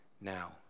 now